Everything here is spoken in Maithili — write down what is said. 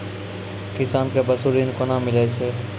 किसान कऽ पसु ऋण कोना मिलै छै?